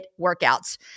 workouts